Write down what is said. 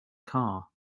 car